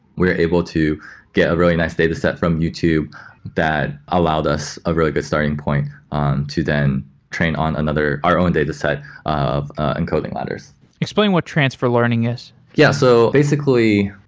we are able to get a really nice dataset from youtube that allowed us a really good starting point onto then train on another our own dataset of encoding ladders explain what transfer learning is yeah. so basically,